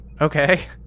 Okay